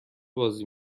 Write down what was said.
بازی